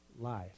life